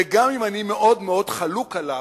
וגם אם אני מאוד מאוד חלוק עליו,